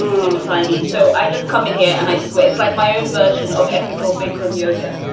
super tiny. so i just come in here and i swear it's like my own version of ethical bikram yoga.